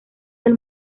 del